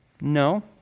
No